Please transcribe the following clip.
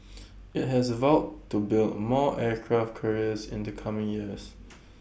IT has vowed to build more aircraft carriers in the coming years